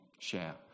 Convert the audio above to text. share